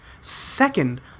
Second